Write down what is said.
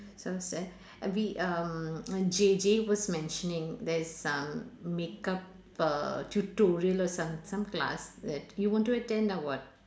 and we um Jay Jay was mentioning there's some makeup uh tutorial or some some class that you want to attend or what